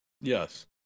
Yes